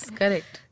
correct